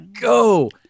go